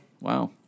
Wow